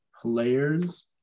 players